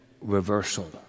reversal